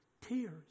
tears